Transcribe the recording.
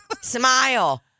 Smile